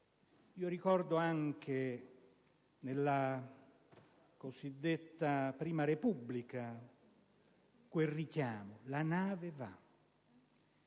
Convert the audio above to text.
va (ricordo anche nella cosiddetta Prima Repubblica quel richiamo «la nave va»;,